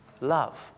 Love